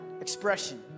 expression